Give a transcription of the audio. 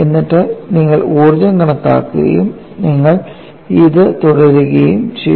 എന്നിട്ട് നിങ്ങൾ ഊർജ്ജം കണക്കാക്കുകയും നിങ്ങൾ അത് തുടരുകയും ചെയ്തു